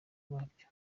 babyo